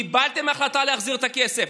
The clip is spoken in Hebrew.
קיבלתם החלטה להחזיר את הכסף,